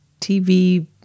TV